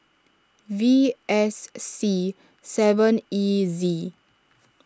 V S C seven E Z